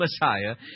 Messiah